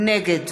נגד